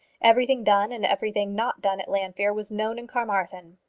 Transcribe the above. everything done and everything not done at llanfeare was known in carmarthen.